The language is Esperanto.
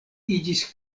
iĝis